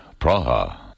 Praha